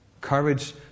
Courage